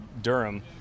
Durham